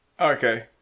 Okay